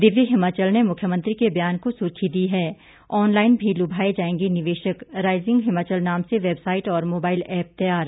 दिव्य हिमाचल ने मुख्यमंत्री के बयान को सुर्खी दी है ऑनलाइन भी लुभाए जाएंगे निवेशक राइजिंग हिमाचल नाम से वेबसाइट और मोबाइल ऐप तैयार